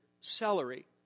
celery